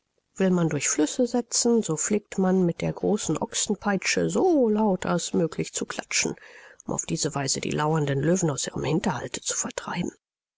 will man durch flüsse setzen so pflegt man mit der großen ochsenpeitsche so laut als möglich zu klatschen um auf diese weise die lauernden löwen aus ihrem hinterhalte zu vertreiben